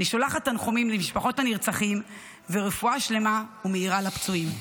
אני שולחת תנחומים למשפחות הנרצחים ורפואה שלמה ומהירה לפצועים.